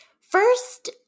first